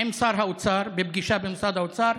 עם שר האוצר בפגישה במשרד האוצר,